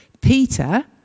Peter